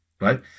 right